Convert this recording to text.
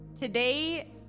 Today